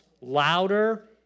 louder